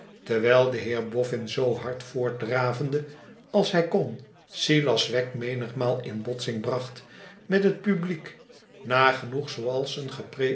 terwijl de heer boffin zoo hard voortdravende als hij kon silas wegg memgmaal in botsing bracht met het publiek nagenoeg zooals een